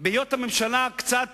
בהיות הממשלה קצת